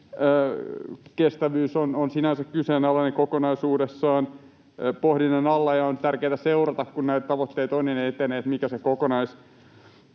kestävyys on sinänsä kyseenalainen kokonaisuudessaan, se on pohdinnan alla, ja on tärkeätä seurata, kun näitä tavoitteita on ja ne etenevät, mikä se kokonaisvaikutus